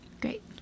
great